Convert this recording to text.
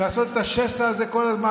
לעשות את השסע הזה כל הזמן?